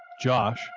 Josh